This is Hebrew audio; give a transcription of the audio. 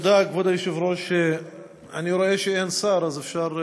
תודה, כבוד היושב-ראש, אני רואה שאין שר, אז אפשר,